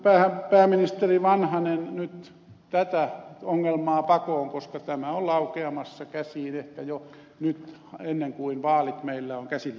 lähtiköhän pääministeri vanhanen nyt tätä ongelmaa pakoon koska tämä on laukeamassa käsiin ehkä jo nyt ennen kuin vaalit meillä on käsillä